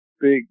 big